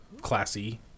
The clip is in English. classy